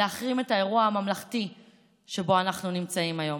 להחרים את האירוע הממלכתי שבו אנחנו נמצאים היום.